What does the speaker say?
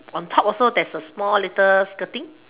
on top also there's a small little skirting